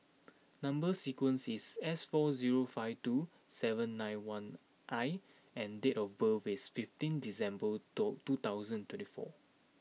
number sequence is S four zero five two seven nine one I and date of birth is fifteen December door two thousand twenty four